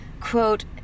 Quote